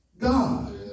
God